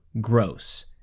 gross